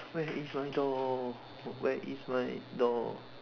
where is my door where is my door